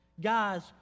Guys